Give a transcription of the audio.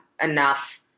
enough